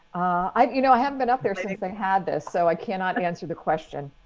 i you know i hadn't been up there since i had this, so i cannot answer the question,